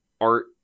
art